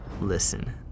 listen